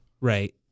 right